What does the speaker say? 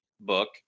book